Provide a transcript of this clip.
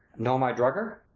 nor my drugger?